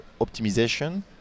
optimization